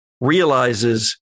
realizes